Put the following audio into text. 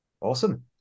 Awesome